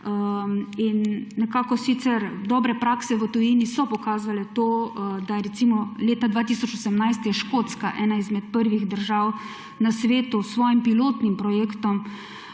In nekako sicer dobre prakse v tujini so pokazale to, da recimo leta 2018 je Škotska ena izmed prvih držav na svetu s svojim pilotnim projektom